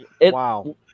wow